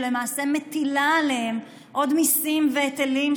שלמעשה מטילה עליהם עוד מיסים והיטלים,